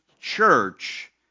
church